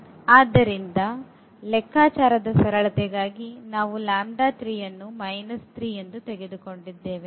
ಆದ್ದರಿಂದ ಲೆಕ್ಕಾಚಾರದ ಸರಳತೆಗಾಗಿ ನಾವು 3 ತೆಗೆದುಕೊಂಡಿದ್ದೇವೆ